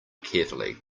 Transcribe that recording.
carefully